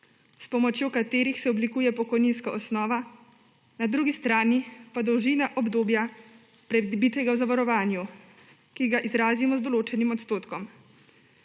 s pomočjo katerih se oblikuje pokojninska osnova, na drugi strani pa dolžina obdobja, prebitega v zavarovanju, ki ga izrazimo z določenim odstotkom.